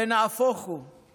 נהפוך הוא.